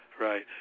Right